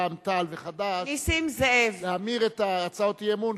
רע"ם-תע"ל וחד"ש להמיר את הצעות האי-אמון,